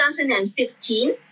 2015